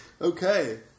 Okay